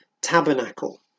tabernacle